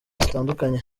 zitandukanye